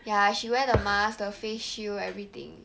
ya she wear the mask the face shield everything